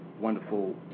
wonderful